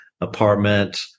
apartment